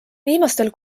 viimastel